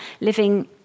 living